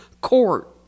court